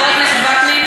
חבר הכנסת וקנין.